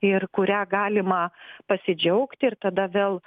ir kurią galima pasidžiaugti ir tada vėl